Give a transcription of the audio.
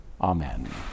Amen